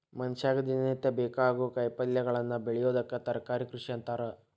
ಮನಷ್ಯಾಗ ದಿನನಿತ್ಯ ಬೇಕಾಗೋ ಕಾಯಿಪಲ್ಯಗಳನ್ನ ಬೆಳಿಯೋದಕ್ಕ ತರಕಾರಿ ಕೃಷಿ ಅಂತಾರ